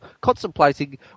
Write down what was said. contemplating